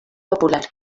popular